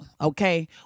okay